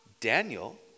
Daniel